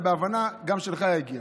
זה בהבנה, גם שלך יגיע.